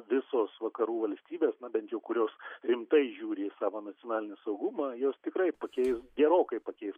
visos vakarų valstybės na bent jau kurios rimtai žiūri į savo nacionalinį saugumą jos tikrai pakeis gerokai pakeis